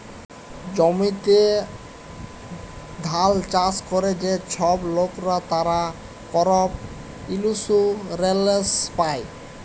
জমিতে ধাল চাষ ক্যরে যে ছব লকরা, তারা করপ ইলসুরেলস পায়